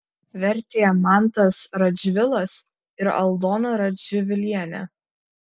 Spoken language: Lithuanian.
vertė mantas radžvilas ir aldona radžvilienė